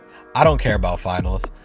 i don't care about finals.